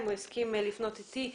אם הוא יסכים לפנות אתי,